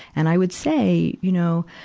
and i would say, you know,